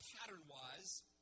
pattern-wise